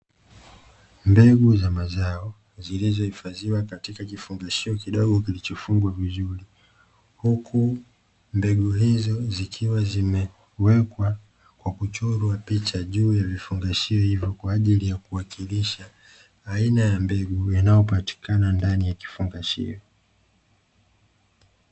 Mbegu za mazao, zilizohifadhiwa katika kifungashio kidogo kilichofungwa vizuri huku mbegu hizo zikiwa zimewekwa kwa kuchorwa picha juu ya vifungashio hivo, kwa ajili ya kuwakilisha aina ya mbegu inayopatikana ndani ya kifungashio.